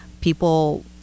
people